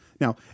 Now